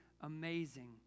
amazing